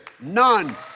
none